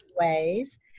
Ways